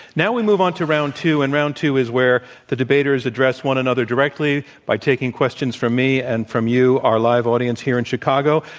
now we move on to round two, and round two is where the debaters address one another directly by taking questions from me and from you, our live audience here in chicago.